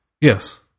Yes